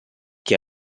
che